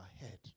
ahead